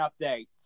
updates